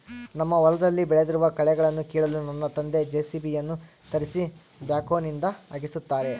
ನಮ್ಮ ಹೊಲದಲ್ಲಿ ಬೆಳೆದಿರುವ ಕಳೆಗಳನ್ನುಕೀಳಲು ನನ್ನ ತಂದೆ ಜೆ.ಸಿ.ಬಿ ಯನ್ನು ತರಿಸಿ ಬ್ಯಾಕ್ಹೋನಿಂದ ಅಗೆಸುತ್ತಾರೆ